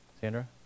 Sandra